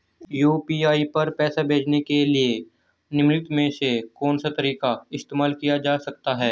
UPI पर पैसे भेजने के लिए निम्नलिखित में से कौन सा तरीका इस्तेमाल किया जा सकता है?